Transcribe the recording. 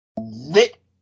lit